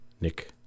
Nick